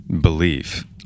belief